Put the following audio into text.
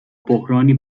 بحرانی